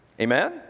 Amen